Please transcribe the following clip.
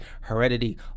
heredity